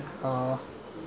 how old were you at that time